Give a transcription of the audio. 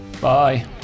Bye